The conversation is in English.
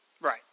Right